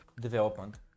development